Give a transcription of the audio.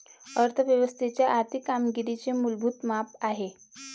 अर्थ व्यवस्थेच्या आर्थिक कामगिरीचे मूलभूत माप आहे